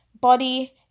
body